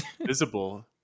visible